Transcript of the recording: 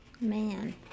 Man